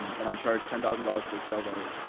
then i charged ten thousand dollars for a sales letter,